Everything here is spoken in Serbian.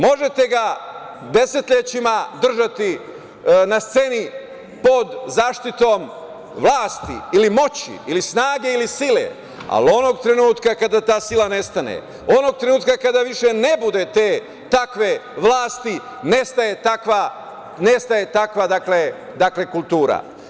Možete ga desetlećima držati na sceni pod zaštitom vlasti ili moći ili snage ili sile, ali onog trenutka kada ta sila nestane, onog trenutka kada više ne bude te takve vlasti, nestaje takva kultura.